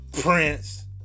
prince